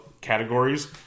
categories